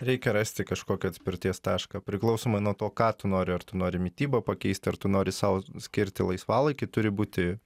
reikia rasti kažkokį atspirties tašką priklausomai nuo to ką tu nori ar tu nori mitybą pakeisti ar tu nori sau skirti laisvalaikį turi būti